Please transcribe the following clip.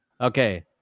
Okay